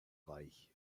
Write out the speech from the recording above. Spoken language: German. reich